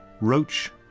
Roach